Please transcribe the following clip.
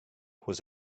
was